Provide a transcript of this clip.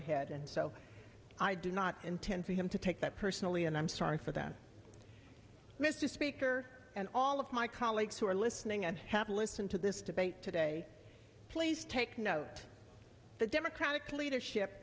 ahead and so i do not intend for him to take that personally and i'm sorry for that mr speaker and all of my colleagues who are listening and have listened to this debate today please take note the democratic leadership